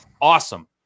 awesome